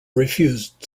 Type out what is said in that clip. refused